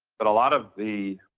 but a lot of the